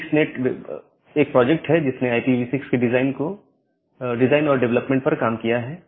6 net एक project है जिसने IPv6 के डिजाइन और डेवलपमेंट पर काम किया है